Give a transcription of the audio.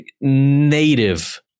native